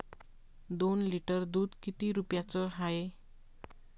दोन लिटर दुध किती रुप्याचं हाये?